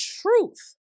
truth